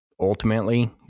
ultimately